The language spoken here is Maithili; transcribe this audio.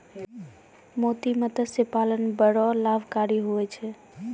मोती मतस्य पालन बड़ो लाभकारी हुवै छै